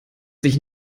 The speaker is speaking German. sich